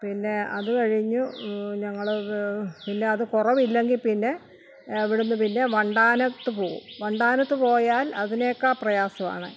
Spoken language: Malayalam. പിന്നെ അതു കഴിഞ്ഞ് ഞങ്ങൾ പിന്നെ അതു കുറവിലെങ്കിൽ പിന്നെ അവിടെ നിന്ന് പിന്നെ വണ്ടാനത്ത് പോകും വണ്ടാനത്ത് പോയാൽ അതിനേക്കാൾ പ്രയാസമാണ്